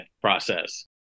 process